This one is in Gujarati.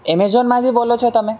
એમેઝોનમાંથી બોલો છો તમે